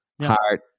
heart